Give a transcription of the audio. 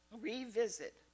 revisit